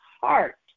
heart